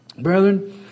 Brethren